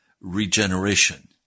regeneration